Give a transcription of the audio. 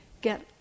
get